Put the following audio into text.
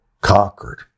conquered